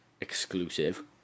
Exclusive